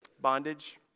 Bondage